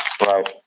right